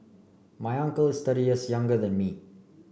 my uncle is thirty years younger than me